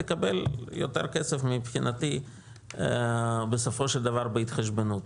תקבל יותר כסף מבחינתי בסופו של דבר בהתחשבנות,